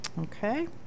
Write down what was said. Okay